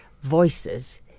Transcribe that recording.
voices